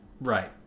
Right